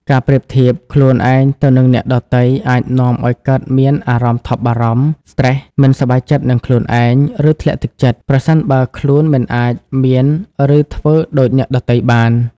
ការប្រៀបធៀបខ្លួនឯងទៅនឹងអ្នកដទៃអាចនាំឱ្យកើតមានអារម្មណ៍ថប់បារម្ភ ស្រ្តេស មិនសប្បាយចិត្តនឹងខ្លួនឯង ឬធ្លាក់ទឹកចិត្ត ប្រសិនបើខ្លួនមិនអាចមាន ឬធ្វើដូចអ្នកដទៃបាន។